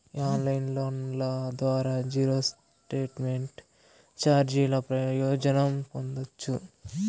ఈ ఆన్లైన్ లోన్ల ద్వారా జీరో స్టేట్మెంట్ చార్జీల ప్రయోజనం పొందచ్చు